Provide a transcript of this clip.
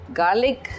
garlic